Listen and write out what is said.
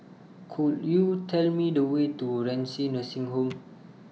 Could YOU Tell Me The Way to Renci Nursing Home